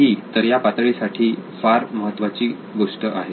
ही तर या पातळी साठी ही गोष्ट फार महत्त्वाची आहे